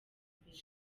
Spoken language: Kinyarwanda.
mbere